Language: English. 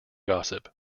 gossip